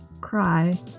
cry